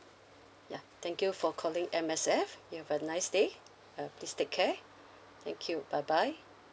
ya thank you for calling M_S_F you have a nice day uh please take care thank you bye bye